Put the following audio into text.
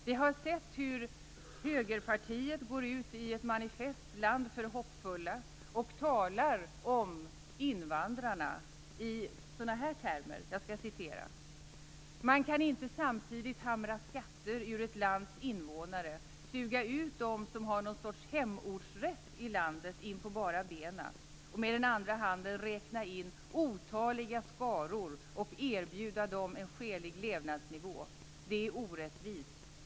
Vi har sett hur högerpartiet går ut i ett manifest, Land för hoppfulla, och talar om invandrarna i sådana här termer: "Man kan inte samtidigt hamra skatter ur ett lands invånare, suga ut dem som har någon sorts hemortsrätt i landet in på bara benen, och med andra handen räkna in otaliga skaror och erbjuda dem en skälig levnadsnivå, som det heter. Det är orättvist.